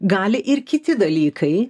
gali ir kiti dalykai